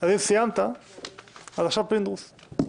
הכנסת פינדרוס.